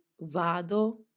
vado